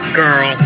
girl